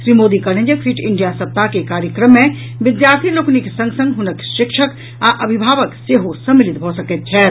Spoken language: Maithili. श्री मोदी कहलनि जे फिट इंडिया सप्ताह के कार्यक्रम मे विद्यार्थी लोकनिक संग संग हुनक शिक्षक आ अभिभावक सेहो सम्मिलित भऽ सकैत छथि